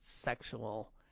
sexual